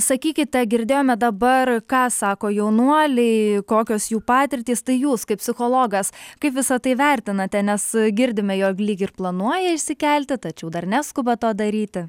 sakykite girdėjome dabar ką sako jaunuoliai kokios jų patirtys tai jūs kaip psichologas kaip visa tai vertinate nes girdime jog lyg ir planuoja išsikelti tačiau dar neskuba to daryti